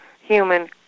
human